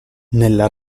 nella